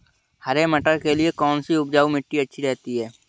हरे मटर के लिए कौन सी उपजाऊ मिट्टी अच्छी रहती है?